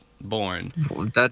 born